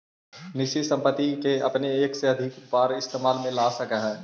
निश्चित संपत्ति के अपने एक से अधिक बार इस्तेमाल में ला सकऽ हऽ